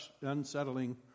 unsettling